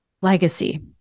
legacy